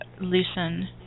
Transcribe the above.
loosen